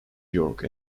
york